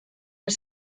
his